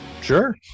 sure